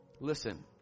Listen